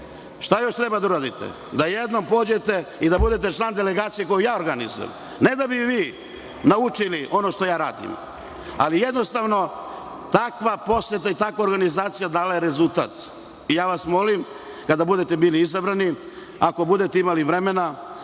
još treba da uradite? Da jednom pođete i da budete član delegacije koju ja organizujem. Ne da bi vi naučili ono što ja radim, ali jednostavno takva poseta i takva organizacija dala je rezultat. Molim vas, kada budete izabrani, ako budete imali vremena,